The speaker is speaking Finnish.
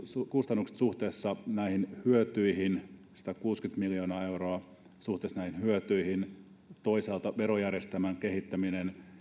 kustannukset suhteessa näihin hyötyihin satakuusikymmentä miljoonaa euroa suhteessa näihin hyötyihin toisaalta verojärjestelmän kehittäminen